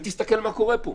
ותסתכל מה קורה פה.